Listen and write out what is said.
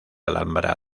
alhambra